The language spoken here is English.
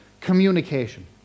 Communication